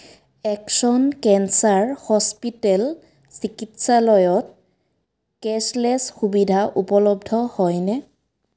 এক্স'ন cancer hospital চিকিৎসালয়ত cashless সুবিধা উপলব্ধ হয়নে